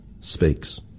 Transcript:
speaks